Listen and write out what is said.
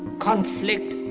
conflict,